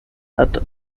hat